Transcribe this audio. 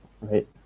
right